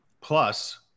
Plus